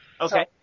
Okay